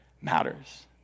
matters